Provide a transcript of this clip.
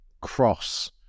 cross